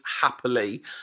happily